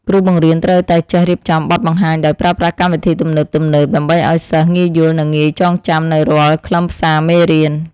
គ្រូបង្រៀនត្រូវតែចេះរៀបចំបទបង្ហាញដោយប្រើប្រាស់កម្មវិធីទំនើបៗដើម្បីឱ្យសិស្សងាយយល់និងងាយចងចាំនូវរាល់ខ្លឹមសារមេរៀន។